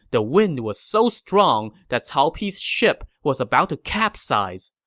the wind was so strong that cao pi's ship was about to capsize.